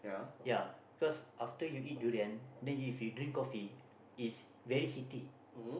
ya because after you eat durian then if you drink coffee is very heaty